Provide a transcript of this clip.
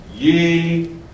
Ye